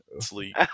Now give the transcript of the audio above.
Sleep